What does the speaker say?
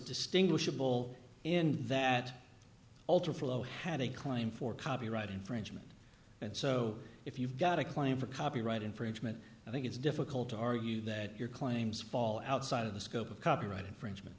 distinguishable in that ultra flow had a claim for copyright infringement and so if you've got a claim for copyright infringement i think it's difficult to argue that your claims fall outside of the scope of copyright infringement